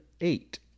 eight